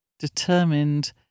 determined